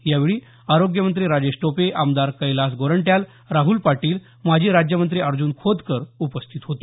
यावेळी आरोग्य मंत्री राजेश टोपे आमदार कैलास गोरंट्याल राहुल पाटील माजी राज्यमंत्री अर्जुन खोतकर उपस्थित होते